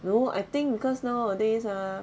no I think because nowadays ah